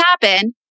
happen